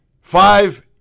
five